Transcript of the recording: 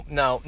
no